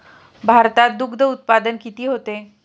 भारतात दुग्धउत्पादन किती होते?